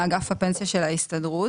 מאגף הפנסיה של ההסתדרות.